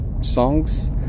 songs